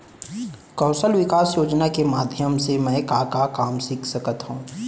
कौशल विकास योजना के माधयम से मैं का का काम सीख सकत हव?